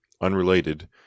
unrelated